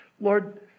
Lord